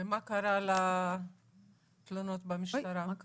ומה קרה עם התלונות במשטרה?